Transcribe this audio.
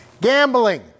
gambling